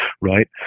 right